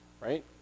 right